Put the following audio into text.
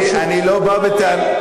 זה לא פשוט.